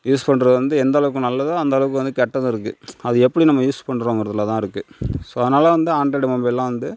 use பண்ணுறது வந்து எந்தளவுக்கு நல்லதோ அந்தளவுக்கு வந்து கெட்டதும் இருக்குது அது எப்படி நம்ம யூஸ் பண்ணுறோம்ங்கிறதுலதான் இருக்குது ஸோ அதனால வந்து ஆண்ட்ராய்டு மொபைல்லாம் வந்து